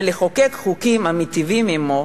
ולחוקק חוקים המיטיבים עמו,